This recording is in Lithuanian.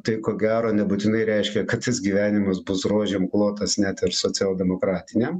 tai ko gero nebūtinai reiškia kad jis gyvenimas bus rožėm klotas net ir socialdemokratiniam